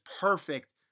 perfect